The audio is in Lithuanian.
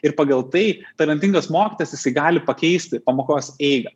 ir pagal tai talentingas mokytojas jisai gali pakeisti pamokos eigą